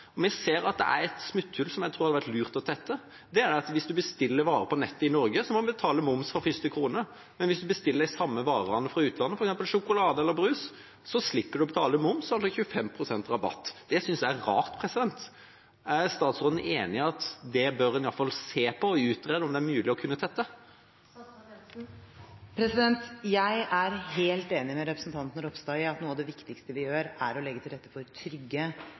Vi ser at det er et smutthull som jeg tror det hadde vært lurt å tette – hvis en bestiller varer på nett i Norge, må en betale moms fra første krone, men hvis en bestiller de samme varene, f.eks. sjokolade og brus, fra utlandet, slipper en å betale moms, altså 25 pst. rabatt. Det synes jeg er rart. Er statsråden enig i at en i hvert fall bør se på og utrede om det er mulig å tette det smutthullet? Jeg er helt enig med representanten Ropstad i at noe av det viktigste vi gjør, er å legge til rette for trygge